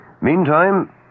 Meantime